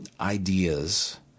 ideas